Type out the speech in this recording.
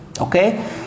Okay